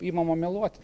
imama meluoti